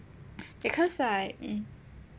because like mm